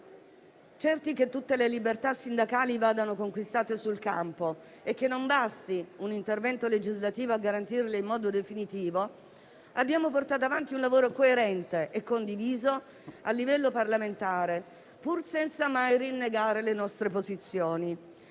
certi che tutte le libertà sindacali vadano conquistate sul campo e che non basti un intervento legislativo a garantirle in modo definitivo, abbiamo portato avanti un lavoro coerente e condiviso a livello parlamentare, pur senza mai rinnegare le nostre posizioni.